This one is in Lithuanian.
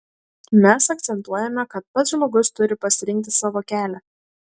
mes akcentuojame kad pats žmogus turi pasirinkti savo kelią